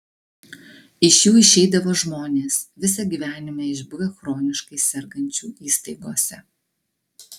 iš jų išeidavo žmonės visą gyvenimą išbuvę chroniškai sergančių įstaigose